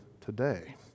today